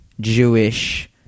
jewish